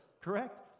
correct